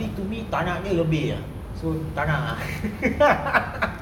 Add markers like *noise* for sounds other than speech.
tapi to me tak nak dia lebih ah so tak nak ah *laughs*